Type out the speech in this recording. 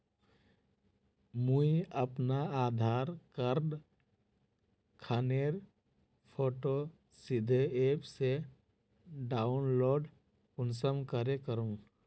मुई अपना आधार कार्ड खानेर फोटो सीधे ऐप से डाउनलोड कुंसम करे करूम?